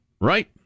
right